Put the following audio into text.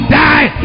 die